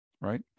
Right